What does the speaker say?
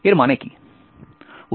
এর মানে কী